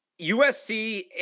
USC